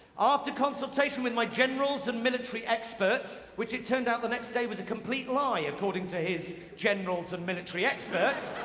after consultation with my generals and military experts. which it turned out the next day was a complete lie, according to his generals and military experts.